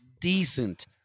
decent